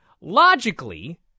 Logically